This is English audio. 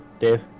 Dave